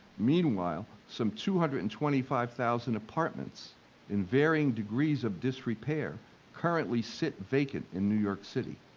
meanwhile, some two hundred and twenty five thousand apartments in varying degrees of disrepair currently sit vacant in new york city.